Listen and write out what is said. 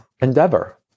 endeavor